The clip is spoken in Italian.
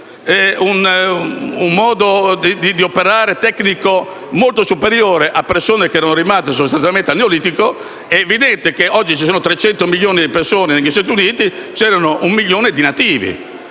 un modo di operare tecnico molto superiore a persone che erano rimaste sostanzialmente al neolitico. Oggi ci sono 300 milioni di persone negli Stati Uniti e c'era un milione di nativi.